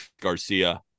Garcia